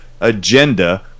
agenda